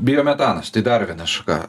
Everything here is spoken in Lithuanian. biometanas tai dar viena šaka